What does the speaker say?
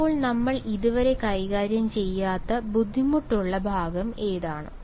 അപ്പോൾ നമ്മൾ ഇതുവരെ കൈകാര്യം ചെയ്യാത്ത ബുദ്ധിമുട്ടുള്ള ഭാഗം എന്താണ്